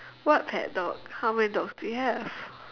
what pet dog how many dogs do you have